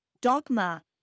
Dogma